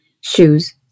Shoes